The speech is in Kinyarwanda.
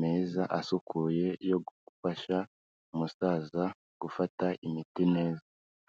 meza asukuye yo gufasha umusaza gufata imiti neza.